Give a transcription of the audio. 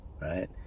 right